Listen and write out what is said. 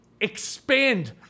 expand